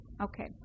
Okay